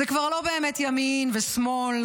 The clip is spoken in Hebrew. זה כבר לא באמת ימין ושמאל,